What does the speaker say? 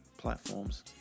Platforms